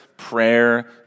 prayer